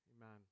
amen